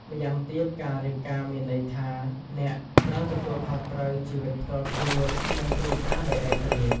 ម្យ៉ាងទៀតការរៀបការមានន័យថាអ្នកត្រូវទទួលខុសត្រូវជីវិតផ្ទាល់ខ្លួន និងគ្រួសារដោយឯករាជ្យ។